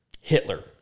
Hitler